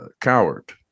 coward